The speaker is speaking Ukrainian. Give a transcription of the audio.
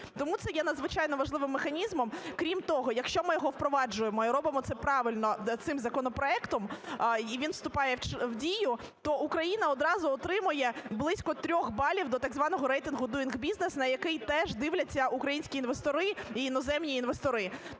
Тому це є надзвичайно важливим механізмом. Крім того, якщо ми його впроваджуємо і робимо це правильно цим законопроектом, і він вступає в дію, то Україна одразу отримує близько трьох балів до так званого рейтингуDoingBusiness, на який теж дивляться українські інвестори і іноземні інвестори.